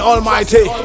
Almighty